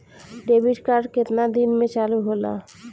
Debit card केतना दिन में चालु होला?